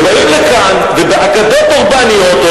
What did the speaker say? באים לכאן ובאגדות אורבניות,